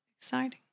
exciting